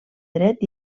dret